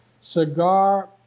Cigar